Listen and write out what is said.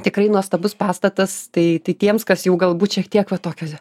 tikrai nuostabus pastatas tai tai tiems kas jau galbūt šiek tiek va tokio